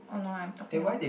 oh no I'm talking